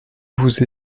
vous